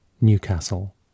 Newcastle